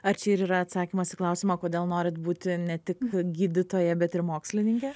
ar čia ir yra atsakymas į klausimą kodėl norit būti ne tik gydytoja bet ir mokslininke